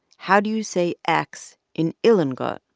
how do you say x in ilongot?